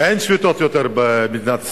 אין שביתות יותר במדינת ישראל.